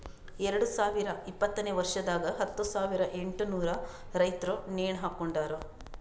ಎರಡು ಸಾವಿರ ಇಪ್ಪತ್ತನೆ ವರ್ಷದಾಗ್ ಹತ್ತು ಸಾವಿರ ಎಂಟನೂರು ರೈತುರ್ ನೇಣ ಹಾಕೊಂಡಾರ್